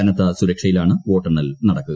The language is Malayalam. കനത്ത സുരക്ഷയിലാണ് വോട്ടെണ്ണൽ നടുക്കുക